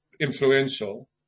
influential